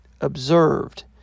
observed